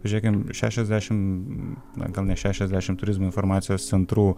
žėkim šešiasdešim gal net šešiasdešim turizmo informacijos centrų